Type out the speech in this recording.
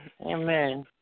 Amen